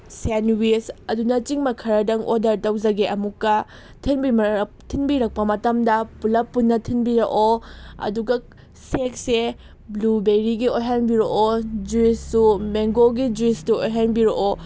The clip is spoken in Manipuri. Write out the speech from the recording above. ꯁꯦꯟꯋꯤꯁ ꯑꯗꯨꯅꯆꯤꯡꯕ ꯈꯔꯗꯪ ꯑꯣꯔꯗꯔ ꯇꯧꯖꯒꯦ ꯑꯃꯨꯛꯀ ꯊꯤꯟꯕꯤꯔꯛꯄ ꯃꯇꯝꯗ ꯄꯨꯂꯞ ꯄꯨꯟꯅ ꯊꯤꯟꯕꯤꯔꯛꯑꯣ ꯑꯗꯨꯒ ꯁꯦꯛꯁꯦ ꯕ꯭ꯂꯨꯕꯦꯔꯤꯒꯤ ꯑꯣꯏꯍꯟꯕꯤꯔꯛꯑꯣ ꯖꯨꯏꯁꯁꯨ ꯃꯦꯡꯒꯣꯒꯤ ꯖꯨꯏꯁꯇꯣ ꯑꯣꯏꯍꯟꯖꯤꯔꯛꯑꯣ